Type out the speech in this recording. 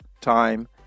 time